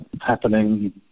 happening